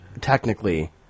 technically